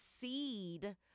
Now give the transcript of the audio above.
seed